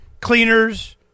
cleaners